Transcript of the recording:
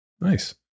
Nice